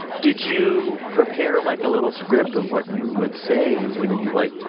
did you prepare, like, a little script of what you would say when you, like,